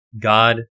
god